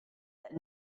that